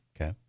Okay